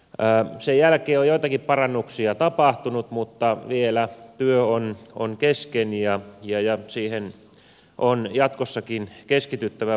sen jälkeen on joitakin parannuksia tapahtunut mutta vielä työ on kesken ja siihen on jatkossakin keskityttävä ja parannuksia saatava